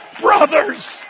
brothers